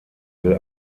will